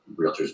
realtors